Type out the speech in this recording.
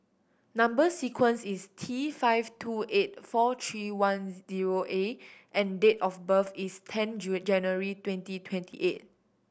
number sequence is T five two eight four three one zero A and date of birth is ten June January twenty twenty eight